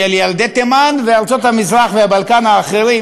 ילדי תימן וארצות המזרח והבלקן האחרים,